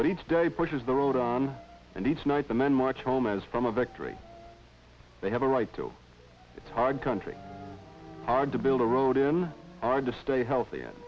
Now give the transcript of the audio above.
day pushes the road on a nice night the men march home as from a victory they have a right to it's hard country hard to build a road in and to stay healthy and